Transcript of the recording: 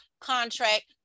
contract